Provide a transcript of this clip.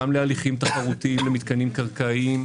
גם להליכים תחרותיים למתקנים קרקעיים,